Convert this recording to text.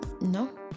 no